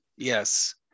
yes